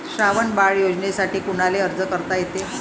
श्रावण बाळ योजनेसाठी कुनाले अर्ज करता येते?